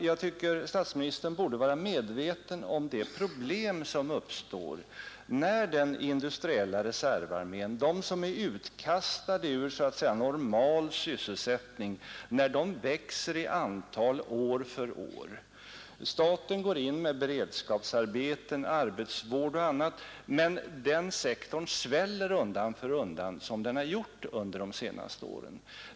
Jag tycker statsministern borde vara medveten om de problem som uppstår när den industriella reservarmén, de som är utkastade ur normal sysselsättning, växer i antal år efter år. Staten går in med beredskapsarbeten, arbetsvård och annat, men denna sektor sväller undan för undan — det har den gjort under de senaste åren.